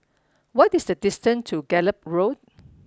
what is the distance to Gallop Road